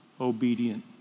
obedient